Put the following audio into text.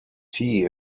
tea